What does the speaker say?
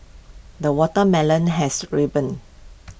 the watermelon has ripened